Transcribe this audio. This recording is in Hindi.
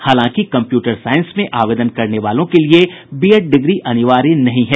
हालांकि कंप्यूटर साइंस में आवेदन करने वालों के लिए बीएड डिग्री अनिवार्य नहीं है